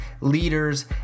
leaders